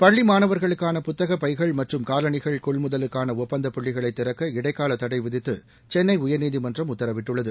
பள்ளி மாணவர்களுக்கான புத்தக பைகள் மற்றும் காலணிகள் கொள்முதலுக்கான ஒப்பந்தப் புள்ளிகளைத் திறக்க இடைக்கால தடை விதித்து சென்னை உயா்நீதிமன்றம் உத்தரவிட்டுள்ளது